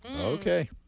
Okay